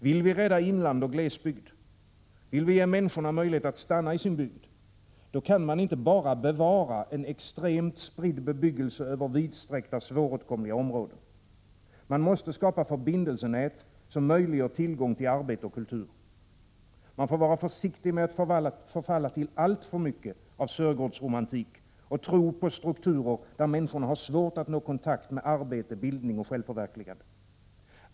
Vill vi rädda inland och glesbygd, vill vi ge människorna möjlighet att stanna i sin bygd, då kan man inte bara bevara en extremt spridd bebyggelse över vidsträckta svåråtkomliga områden. Man måste skapa förbindelsnät som möjliggör tillgång till arbete och kultur. Man får vara försiktig med att förfalla till alltför mycket av Sörgårdsromantik och tro på strukturer, där människor har svårt att nå kontakt med arbete, bildning och självförverkligande.